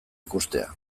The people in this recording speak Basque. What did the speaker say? ikustea